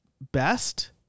best